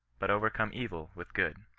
but overcome evil with good